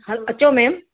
ह अचो मेम